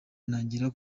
ntangira